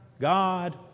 God